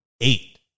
Eight